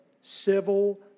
civil